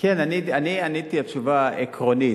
אני עניתי תשובה עקרונית.